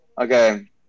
okay